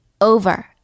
over